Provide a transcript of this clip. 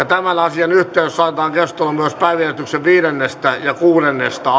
tämän asian yhteydessä sallitaan keskustelu myös päiväjärjestyksen viides ja kuudennesta